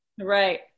right